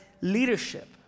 leadership